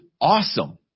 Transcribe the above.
awesome